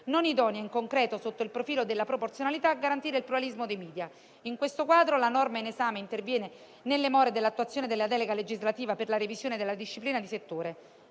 non idonea, in concreto, sotto il profilo della proporzionalità, a garantire il pluralismo dei *media*. In questo quadro, la norma in esame interviene nelle more dell'attuazione della delega legislativa per la revisione della disciplina di settore;